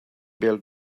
bêl